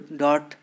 dot